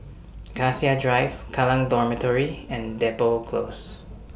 Cassia Drive Kallang Dormitory and Depot Close